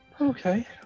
Okay